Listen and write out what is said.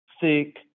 thick